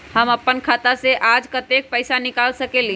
हम अपन खाता से आज कतेक पैसा निकाल सकेली?